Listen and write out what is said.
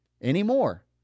anymore